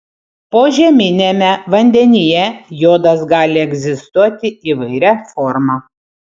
požeminiame vandenyje jodas gali egzistuoti įvairia forma